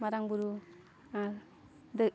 ᱢᱟᱨᱟᱝ ᱵᱩᱨᱩ ᱟᱨ ᱫᱟᱹᱨ